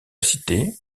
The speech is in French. cité